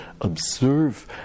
observe